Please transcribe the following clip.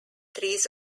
trees